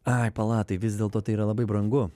ai pala tai vis dėlto tai yra labai brangu